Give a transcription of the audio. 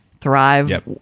thrive